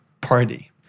party